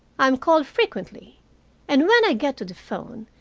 i am called frequently and when i get to the phone,